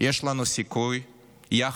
יש לנו סיכוי יחד,